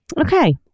Okay